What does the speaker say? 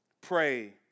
pray